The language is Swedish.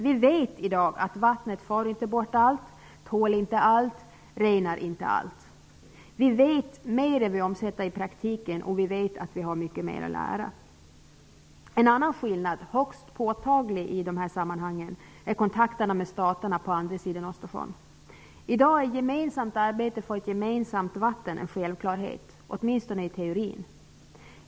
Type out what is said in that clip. Vi vet i dag att vattnet inte för bort allt, inte tål allt och inte renar allt. Vi vet mer än vi omsätter i praktiken. Och vi vet att vi har mycket mer att lära. En annan skillnad, som är högst påtaglig i dessa sammanhang, är kontakterna med staterna på andra sidan Östersjön. I dag är gemensamt arbete för ett gemensamt vatten en självklarhet, åtminstone i teorin.